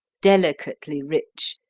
delicately rich,